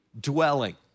dwelling